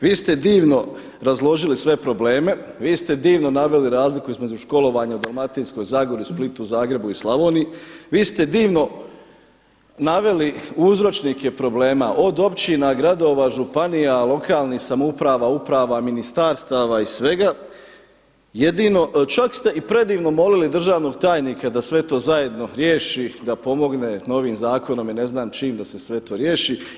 Vi ste divno razložili sve probleme, vi ste divno naveli razliku između školovanja u Dalmatinskoj Zagori, Splitu, Zagrebu i Slavoniji, vi ste divno naveli uzročnike problema od općina, gradova, općina, lokalnih samouprava, uprava, ministarstava i svega, čak ste i predivno molili državnog tajnika da sve to zajedno riješi da pomogne novim zakonom i ne znam čime da se sve to riješi.